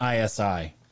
ISI